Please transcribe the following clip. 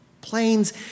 planes